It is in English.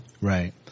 Right